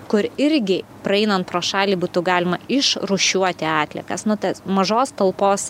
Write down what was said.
kur irgi praeinant pro šalį būtų galima išrūšiuoti atliekas nu tas mažos talpos